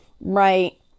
right